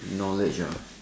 knowledge ah